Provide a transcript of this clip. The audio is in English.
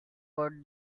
what